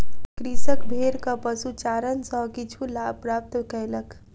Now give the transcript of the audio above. कृषक भेड़क पशुचारण सॅ किछु लाभ प्राप्त कयलक